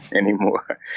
anymore